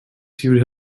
sued